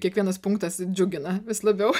kiekvienas punktas džiugina vis labiau